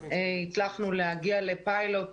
הצלחנו להגיע לפיילוט